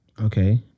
Okay